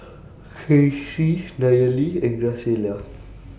Kaycee Nayeli and Graciela